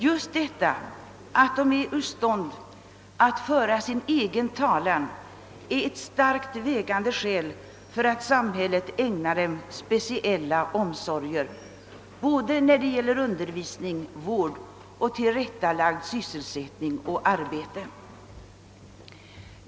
Just detta, att de är ur stånd att föra sin egen talan, är ett tungt vägande skäl för att samhället ägnar dem speciella omsorger när det gäller såväl undervisning och vård som tillrättalagd sysselsättning och arbete.